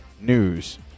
news